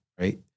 right